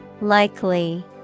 likely